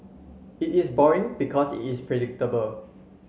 it is boring because it is predictable